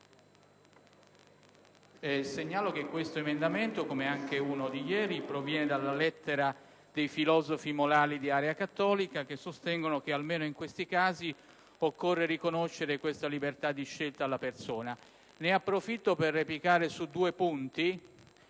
segnalo che questo emendamento, come anche quello esaminato nella seduta di ieri, proviene dalla lettera dei filosofi morali di area cattolica che sostengono che, almeno in questi casi, occorre riconoscere la libertà di scelta alla persona. Ne approfitto, inoltre, per replicare su due punti